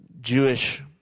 Jewish